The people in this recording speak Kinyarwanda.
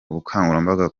ubukangurambaga